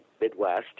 Midwest